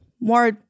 more